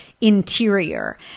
interior